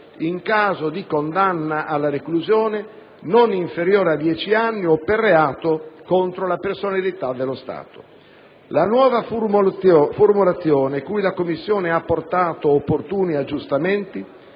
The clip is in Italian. in caso di condanna alla reclusione non inferiore a dieci anni o per reato contro la personalità dello Stato. La nuova formulazione, cui la Commissione ha apportato opportuni aggiustamenti,